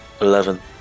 Eleven